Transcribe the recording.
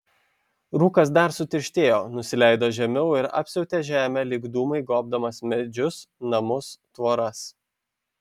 rūkas dar sutirštėjo nusileido žemiau ir apsiautė žemę lyg dūmai gobdamas medžius namus tvoras